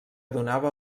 donava